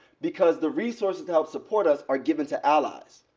because the resources to help support us are given to allies,